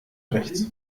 rechts